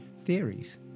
theories